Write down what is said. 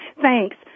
Thanks